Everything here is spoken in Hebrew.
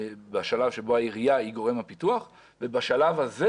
בשלב שבו העירייה היא גורם הפיתוח ובשלב הזה